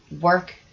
work